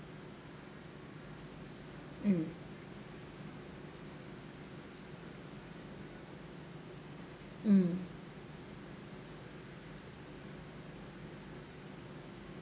mm mm